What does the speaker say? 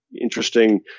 interesting